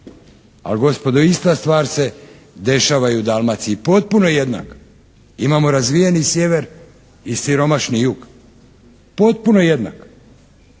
Ali gospodo, ista stvar se dešava i u Dalmaciji, potpuno jednaka. Imamo razvijeni sjever i siromašni jug. Potpuno jednaka.